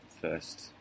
first